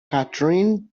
catherine